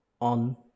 on